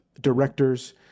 directors